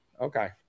Okay